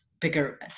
bigger